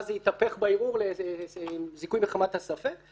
ואז זה התהפך בערעור לזיכוי מחמת הספק.